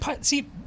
see